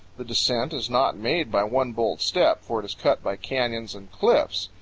the descent is not made by one bold step, for it is cut by canyons and cliffs.